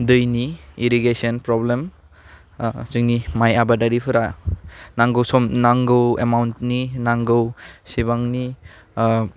दैनि irrigation problem ओह जोंनि माइ आबादारिफोरा नांगौ सम नांगौ एमाउन्टनि नांगौ सेबांनि ओह